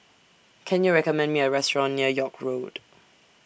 Can YOU recommend Me A Restaurant near York Road